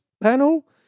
panel